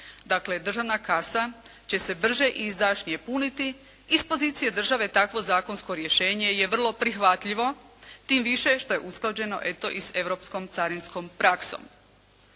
Dakle državna kasa će se brže i izdašnije puniti i iz pozicije države takvo zakonsko rješenje je vrlo prihvatljivo tim više što je usklađeno eto i s europskom carinskom praksom.